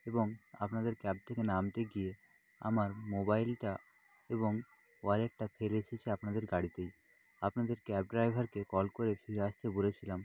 এবং আপনাদের ক্যাব থেকে নামতে গিয়ে আমার মোবাইলটা এবং ওয়ালেটটা ফেলে এসেছি আপনাদের গাড়িতেই আপনাদের ক্যাব ড্রাইভারকে কল করে ফিরে আসতে বলেছিলাম